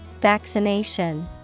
Vaccination